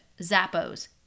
Zappos